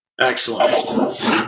Excellent